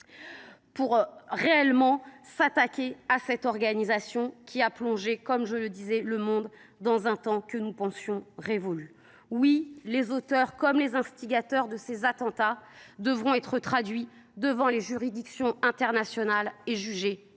pour véritablement nous attaquer à cette organisation, qui a replongé le monde dans un temps que nous pensions révolu ! Oui, les auteurs et les instigateurs de ces attentats devront être traduits devant les juridictions internationales et jugés